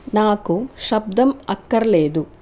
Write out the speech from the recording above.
నాకు శబ్దం అక్కర్లేదు